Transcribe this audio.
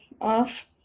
off